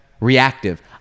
reactive